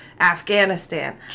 Afghanistan